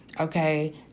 okay